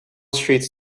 streets